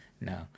No